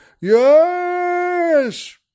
Yes